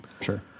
Sure